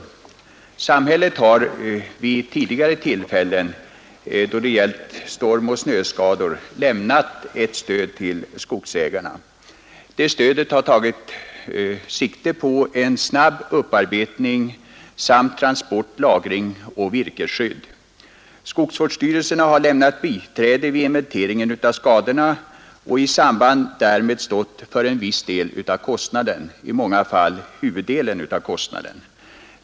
17 Samhället har vid tidigare tillfällen då det gällt stormoch snöskador lämnat ett stöd till skogsägarna. Det stödet har tagit sikte på en snabb upparbetning samt transport, lagring och virkesskydd. Skogsvårdsstyrelserna har lämnat biträde vid inventeringen av skadorna och i samband därmed stått för en viss del av kostnaden — i många fall huvuddelen av kostnaden.